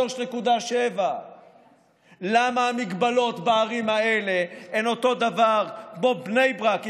3.7%. למה ההגבלות בערים האלה הן אותו דבר כמו בני ברק,